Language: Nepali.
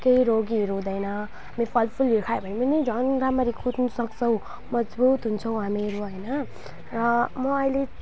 केही रोगहरू हुँदैन नि फलफुलहरू खायो भने पनि झन् राम्ररी कुद्नु सक्छौँ मजबुत हुन्छौँ हामीहरू होइन र म अहिले